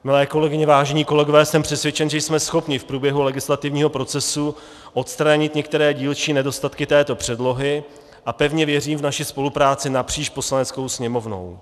Milé kolegyně, vážení kolegové, jsem přesvědčen, že jsme schopni v průběhu legislativního procesu odstranit některé dílčí nedostatky této předlohy, a pevně věřím v naši spolupráci napříč Poslaneckou sněmovnu.